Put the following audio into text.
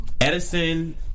Edison